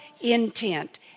intent